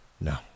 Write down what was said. no